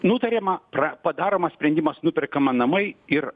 nutariama pra padaromas sprendimas nuperkama namai ir